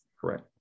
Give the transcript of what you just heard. Correct